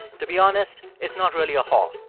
to be honest, it's not really a hall.